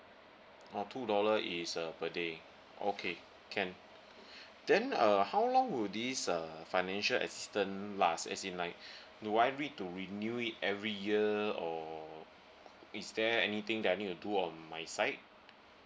oh two dollar is a per day okay can then err how long would this uh financial assistance last as in like do I read to renew it every year or is there anything that I need to do on my side